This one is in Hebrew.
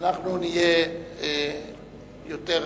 אנחנו נהיה יותר נדיבים,